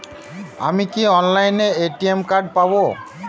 আমি কি অনলাইনে এ.টি.এম কার্ড পাব?